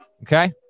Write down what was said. Okay